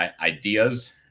ideas